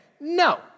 No